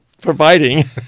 providing